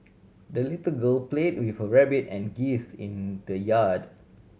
the little girl played with her rabbit and geese in the yard